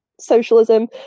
socialism